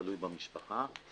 תלוי במשפחה.